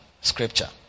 scripture